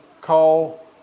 call